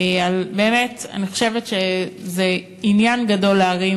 אני חושבת שזה עניין גדול להרים